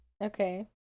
Okay